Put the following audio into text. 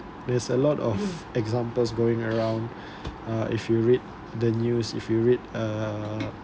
there's a lot of examples going around uh if you read the news if you read uh